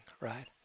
right